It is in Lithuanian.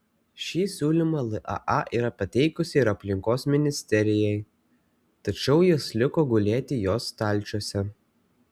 šį siūlymą laa yra pateikusi ir aplinkos ministerijai tačiau jis liko gulėti jos stalčiuose